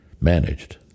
managed